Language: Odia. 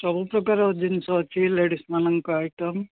ସବୁପ୍ରକାର ଜିନିଷ ଅଛି ଲେଡ଼ିଜ୍ ମାନଙ୍କ ଆଇଟମ୍